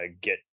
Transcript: get